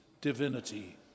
divinity